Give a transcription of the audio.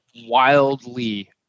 wildly